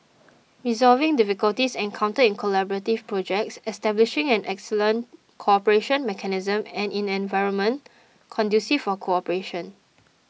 resolving difficulties encountered in collaborative projects establishing an excellent cooperation mechanism and an environment conducive for cooperation